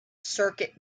circuit